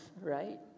right